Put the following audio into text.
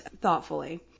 thoughtfully